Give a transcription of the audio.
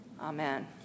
Amen